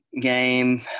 game